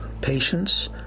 patience